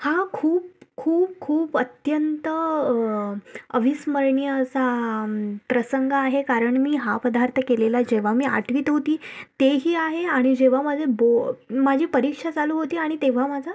हा खूप खू खूप अत्यंत अविस्मरणीय असा हा प्रसंग आहे कारण मी हा पदार्थ केलेला जेव्हा मी आठवीत होते तेही आहे आणि जेव्हा माझे बो माझी परीक्षा चालू होती आणि तेव्हा माझा